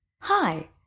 Hi